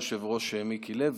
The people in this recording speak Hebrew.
היושב-ראש מיקי לוי,